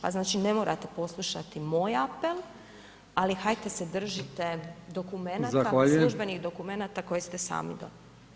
Pa znači ne morate poslušati moj apel ali ajde se držite dokumenata, službenih dokumenata koje ste sami donijeli.